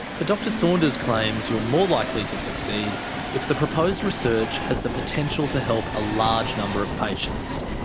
but dr saunders claims you're more likely to succeed if the proposed research has the potential to help a large number of patients.